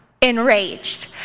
enraged